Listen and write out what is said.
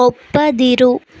ಒಪ್ಪದಿರು